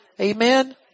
Amen